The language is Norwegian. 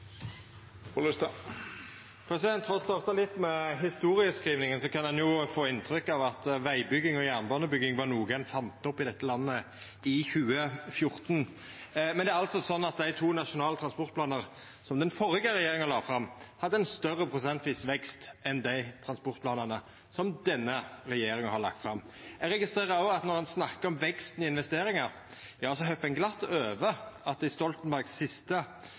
For å starta litt med historieskrivinga: Ein kan no få inntrykk av at vegbygging og jernbanebygging var noko ein fann opp i dette landet i 2014. Men det er altså sånn at dei to nasjonale transportplanane som den førre regjeringa la fram, hadde ein større prosentvis vekst enn dei transportplanane som denne regjeringa har lagt fram. Eg registrerer òg at når ein snakkar om veksten i investeringar, hoppar ein glatt over at i Stoltenbergs siste